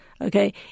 Okay